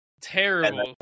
Terrible